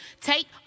take